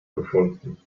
gefunden